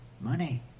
money